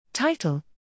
Title